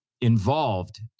involved